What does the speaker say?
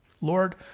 Lord